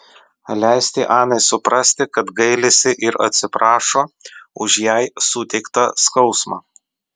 leisti anai suprasti kad gailisi ir atsiprašo už jai suteiktą skausmą